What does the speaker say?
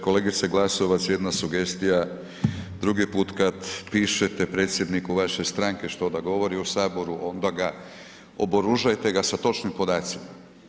Kolegice Glasovac, jedna sugestija, drugi put kad pišete predsjedniku vaše stranke što da govori u Saboru onda ga, oboružajte ga sa točnim podacima.